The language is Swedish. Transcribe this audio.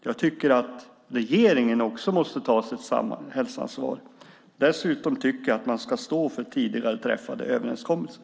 Jag tycker att regeringen också måste ta sitt samhällsansvar. Dessutom tycker jag att man ska stå för tidigare träffade överenskommelser.